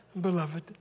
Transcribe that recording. beloved